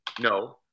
no